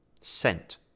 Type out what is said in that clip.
scent